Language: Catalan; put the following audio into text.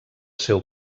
seu